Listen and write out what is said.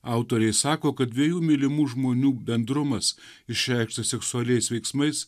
autoriai sako kad dviejų mylimų žmonių bendrumas išreikštas seksualiais veiksmais